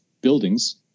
buildings